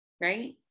right